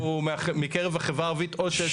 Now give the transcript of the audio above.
צוות התכנון הוא מקרב החברה הערבית או שיש